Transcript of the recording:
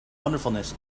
wonderfulness